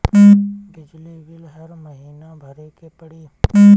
बिजली बिल हर महीना भरे के पड़ी?